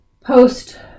post